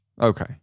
Okay